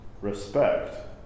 respect